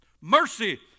Mercy